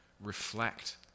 reflect